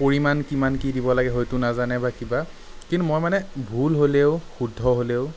পৰিমাণ কিমান কি দিব লাগে হয়তো নাজানে বা কিবা কিন্তু মই মানে ভুল হ'লেও শুদ্ধ হ'লেও